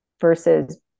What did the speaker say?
versus